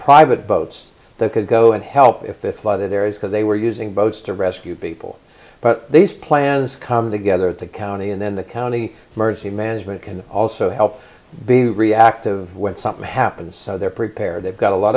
private boats that could go and help if either there is because they were using boats to rescue people but these plans come together at the county and then the county emergency management can also help be reactive when something happens so they're prepared they've got a lot